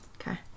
Okay